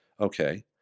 Okay